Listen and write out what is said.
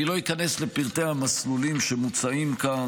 אני לא איכנס לפרטי המסלולים שמוצעים כאן,